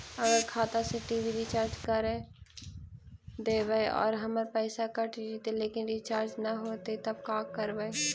अगर खाता से टी.वी रिचार्ज कर देबै और हमर पैसा कट जितै लेकिन रिचार्ज न होतै तब का करबइ?